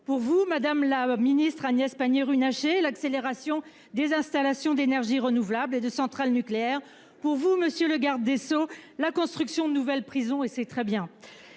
pour vous, madame Pannier-Runacher, l'accélération des installations d'énergies renouvelables et de centrales nucléaires ; pour vous, monsieur le garde des sceaux, la construction de nouvelles prisons, ce qui est